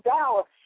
Dallas